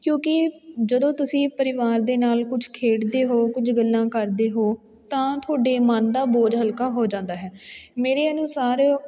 ਕਿਉਂਕਿ ਜਦੋਂ ਤੁਸੀਂ ਪਰਿਵਾਰ ਦੇ ਨਾਲ ਕੁਝ ਖੇਡਦੇ ਹੋ ਕੁਝ ਗੱਲਾਂ ਕਰਦੇ ਹੋ ਤਾਂ ਤੁਹਾਡੇ ਮਨ ਦਾ ਬੋਝ ਹਲਕਾ ਹੋ ਜਾਂਦਾ ਹੈ ਮੇਰੇ ਅਨੁਸਾਰ